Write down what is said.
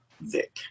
Vic